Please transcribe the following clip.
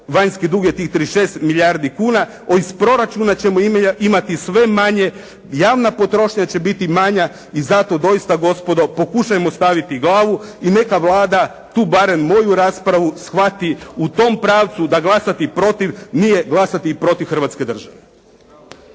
vanjski dug je tih 36 milijardi kuna. Iz proračuna ćemo imati sve manje, javna potrošnja će biti manja i zato doista gospodo pokušajmo staviti glavu i neka Vlada tu barem moju raspravu shvati u tom pravcu da glasati protiv nije glasati i protiv Hrvatske države.